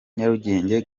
nyarugenge